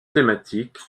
thématiques